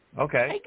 Okay